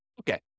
Okay